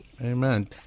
Amen